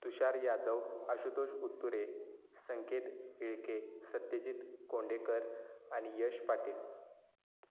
तुषार यादव आशुतोष उत्तुरे संकेत येळके सत्यजित कोंडेकर आणि यश पाटील